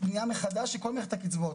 בניה מחדש של כל מערכת הקצבאות.